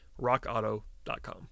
rockauto.com